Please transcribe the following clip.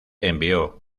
envió